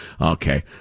Okay